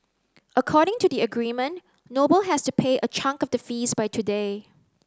according to the agreement Noble has to pay a chunk of the fees by today